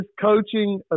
coaching